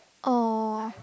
oh